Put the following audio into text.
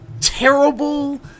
terrible